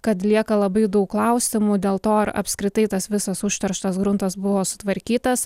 kad lieka labai daug klausimų dėl to ar apskritai tas visas užterštas gruntas buvo sutvarkytas